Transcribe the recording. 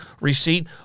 receipt